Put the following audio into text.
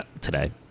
today